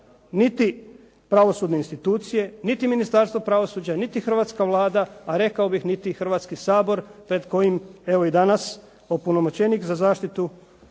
niti pravosudne institucije, niti Ministarstvo pravosuđa, niti hrvatska Vlada, a rekao bih niti Hrvatski sabor pred kojim evo i danas opunomoćenik za zaštitu